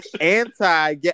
anti